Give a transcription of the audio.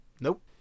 Nope